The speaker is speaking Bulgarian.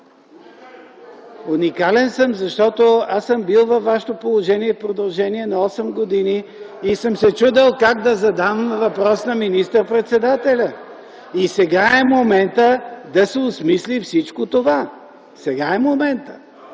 Уникален съм, защото аз съм бил във вашето положение в продължение на осем години и съм се чудел как да задам въпрос на министър-председателя. Сега е моментът да се осмисли всичко това. Сега е моментът.